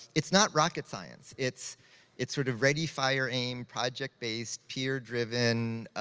it's not rocket science. it's it's sort of ready, fire, aim, project-based, peer-driven,